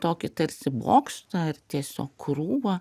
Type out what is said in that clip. tokį tarsi bokštą ar tiesiog krūvą